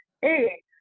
hey